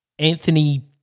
Anthony